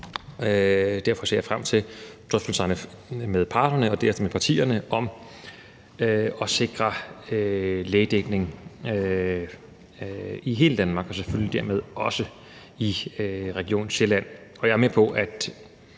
Derfor ser jeg frem til drøftelserne med parterne og derefter med partierne om at sikre lægedækning i hele Danmark og dermed selvfølgelig også i Region Sjælland.